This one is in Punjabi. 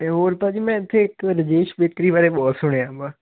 ਇਹ ਹੋਰ ਭਾਅ ਜੀ ਮੈਂ ਇੱਥੇ ਇੱਕ ਰਾਜੇਸ਼ ਵੇਕਰੀ ਬਾਰੇ ਬਹੁਤ ਸੁਣਿਆ